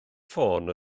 ffôn